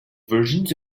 versions